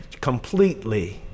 completely